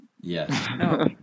yes